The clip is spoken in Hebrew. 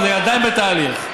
והיא עדיין בתהליך.